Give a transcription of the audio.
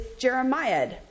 jeremiah